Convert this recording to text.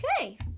okay